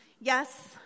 Yes